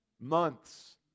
Months